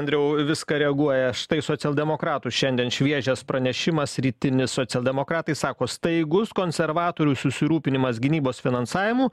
andriau į viską reaguoja štai socialdemokratų šiandien šviežias pranešimas rytinis socialdemokratai sako staigus konservatorių susirūpinimas gynybos finansavimu